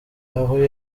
aho